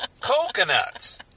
coconuts